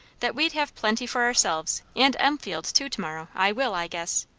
that we'd have plenty for ourselves and elmfield too to-morrow. i will, i guess.